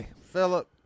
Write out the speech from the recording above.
Philip